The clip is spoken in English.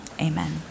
Amen